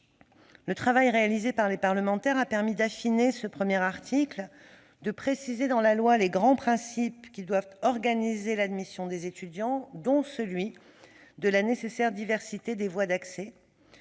Le travail réalisé par les parlementaires a permis d'affiner ce premier article, de préciser dans la loi les grands principes qui doivent organiser l'admission des étudiants, dont celui de la nécessaire diversité des voies d'accès,